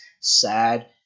sad